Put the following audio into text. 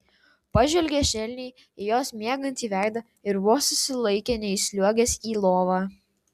pažvelgė švelniai į jos miegantį veidą ir vos susilaikė neįsliuogęs į lovą